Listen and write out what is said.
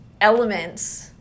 elements